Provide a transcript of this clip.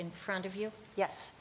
in front of you yes